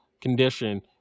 condition